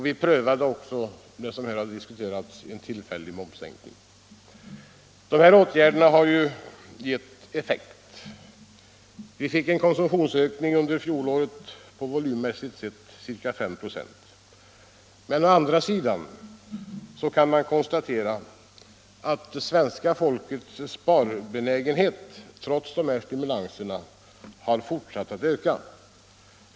Vi prövade även en sådan tillfällig momssänkning som här har diskuterats. De här åtgärderna har ju givit effekt. Vi fick en konsumtionsökning under fjolåret på volymmässigt ca 5 96. Men å andra sidan kan man konstatera att svenska folkets sparbenägenhet trots de här stimulanserna har fortsatt att öka.